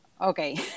Okay